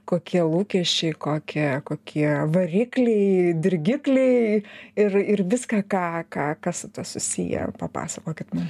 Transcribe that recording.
kokie lūkesčiai kokie kokie varikliai dirgikliai ir ir viską ką ką kas su tuo susiję papasakokit man